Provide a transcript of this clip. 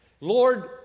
Lord